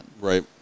Right